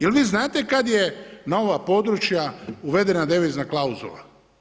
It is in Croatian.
Je li vi znate kada je na ova područja uvedena devizna klauzula?